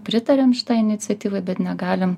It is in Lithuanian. pritariam šitai iniciatyvai bet negalim